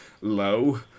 low